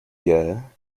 year